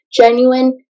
genuine